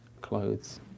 clothes